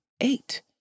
Eight